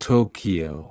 Tokyo